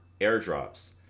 airdrops